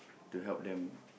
to help them